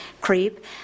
creep